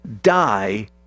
Die